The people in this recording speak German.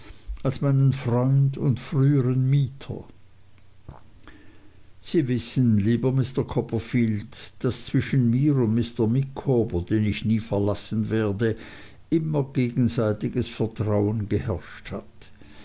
als meinen freund und früheren mieter sie wissen lieber mr copperfield daß zwischen mir und mr micawber den ich nie verlassen werde immer gegenseitiges vertrauen geherrscht hat